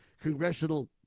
congressional